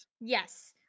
yes